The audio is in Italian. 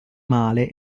male